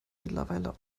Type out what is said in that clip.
mittlerweile